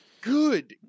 Good